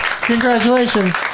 congratulations